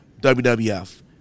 WWF